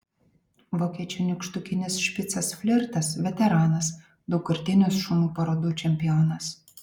vokiečių nykštukinis špicas flirtas veteranas daugkartinis šunų parodų čempionas